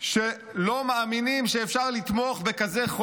שלא מאמינים שאפשר לתמוך בחוק כזה,